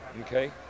okay